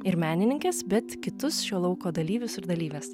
ir menininkes bet kitus šio lauko dalyvius ir dalyves